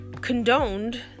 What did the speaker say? condoned